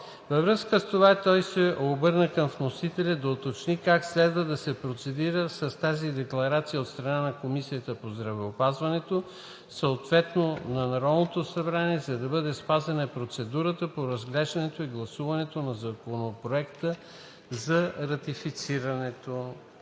Във връзка с това той се обърна към вносителя да уточни как следва да се процедира с тази декларация от страна на Комисията по здравеопазването, съответно на Народното събрание, за да бъде спазена процедурата по разглеждането и гласуването на Законопроекта за ратифициране.